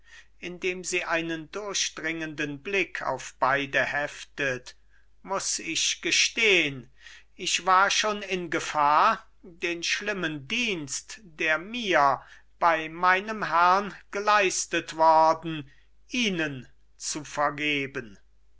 indem sie einen durchdringenden blick auf beide heftet muß ich gestehn ich war schon in gefahr den schlimmen dienst der mir bei meinem herrn geleistet worden ihnen zu vergeben